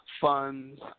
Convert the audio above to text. funds